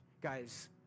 Guys